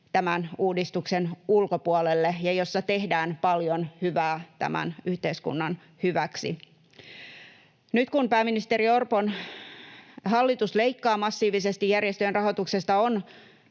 tämän uudistuksen ulkopuolelle ja jossa tehdään paljon hyvää tämän yhteiskunnan hyväksi. Nyt kun pääministeri Orpon hallitus leikkaa massiivisesti järjestöjen rahoituksesta,